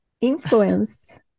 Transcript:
influence